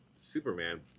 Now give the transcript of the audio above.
Superman